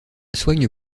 soigne